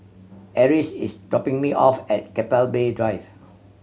Eris is dropping me off at Keppel Bay Drive